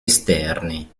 esterni